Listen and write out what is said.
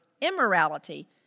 immorality